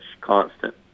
constant